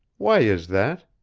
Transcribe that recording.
why is that?